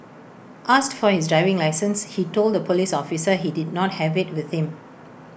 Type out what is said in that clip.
asked for his driving licence he told the Police officer he did not have IT with him